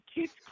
kids